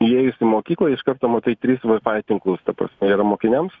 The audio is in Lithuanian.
įėjus į mokyklą iš karto matai tris vai fai tinklus yra mokiniams